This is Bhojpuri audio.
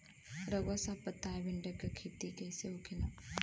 रउआ सभ बताई भिंडी क खेती कईसे होखेला?